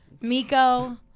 Miko